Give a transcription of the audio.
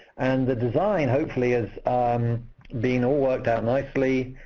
and the design hopefully is being all worked out nicely.